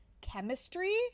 Chemistry